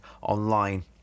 online